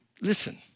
Listen